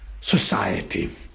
society